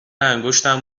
انگشتم